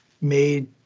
made